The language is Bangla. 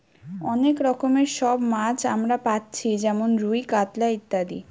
অনেক রকমের সব মাছ আমরা পাচ্ছি যেমন রুই, কাতলা ইত্যাদি